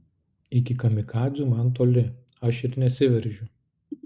iki kamikadzių man toli aš ir nesiveržiu